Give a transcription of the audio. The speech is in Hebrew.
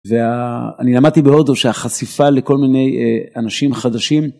ואני למדתי בהודו שהחשיפה לכל מיני אנשים חדשים.